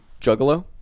Juggalo